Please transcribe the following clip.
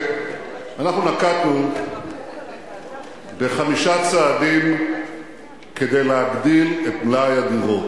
אנחנו נקטנו חמישה צעדים כדי להגדיל את מלאי הדירות.